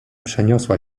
przeniosła